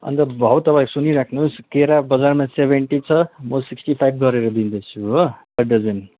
अन्त भाउ तपाईँ सुनिराख्नु होस् केरा बजारमा सेभेन्टी छ म सिक्स्टी फाइभ गरेर दिँदैछु हो पर दर्जन